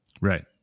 Right